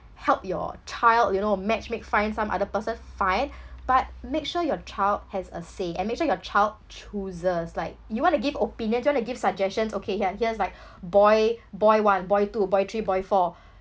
help your child you know match make find some other person fine but make sure your child has a say and make sure your child chooses like you want to give opinions you want to give suggestions okay here here's like boy boy one boy two boy three boy four